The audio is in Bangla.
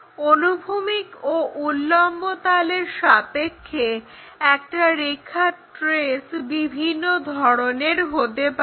অনুভূমিক ও উল্লম্বতলের সাপেক্ষে একটা রেখার ট্রেস বিভিন্ন ধরনের হতে পারে